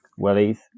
wellies